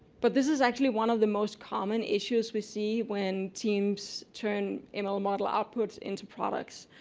but this is actually one of the most common issues we see when teams turn and ml model outputs into products.